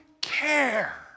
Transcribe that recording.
care